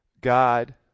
God